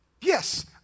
Yes